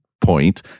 point